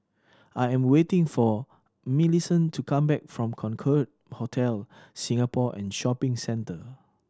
I am waiting for Millicent to come back from Concorde Hotel Singapore and Shopping Centre